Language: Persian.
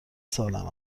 سالم